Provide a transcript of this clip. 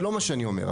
זה לא מה שאני אומר,